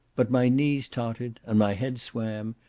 but my knees tottered, and my head swam,